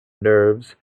nerves